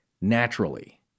naturally